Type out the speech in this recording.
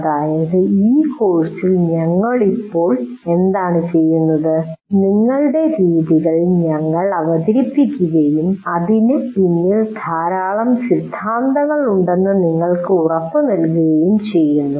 അതായത് ഈ കോഴ്സിൽ ഞങ്ങൾ ഇപ്പോൾ എന്താണ് ചെയ്യുന്നത് നിങ്ങളുടെ രീതികൾ ഞങ്ങൾ അവതരിപ്പിക്കുകയും അതിന് പിന്നിൽ ധാരാളം സിദ്ധാന്തങ്ങളുണ്ടെന്ന് ഞങ്ങൾ ഉറപ്പ് നൽകുകയും ചെയ്യുന്നു